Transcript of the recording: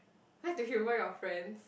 where to humor your friends